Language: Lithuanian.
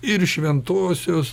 ir šventosios